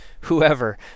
whoever